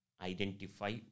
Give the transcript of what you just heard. identify